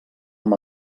amb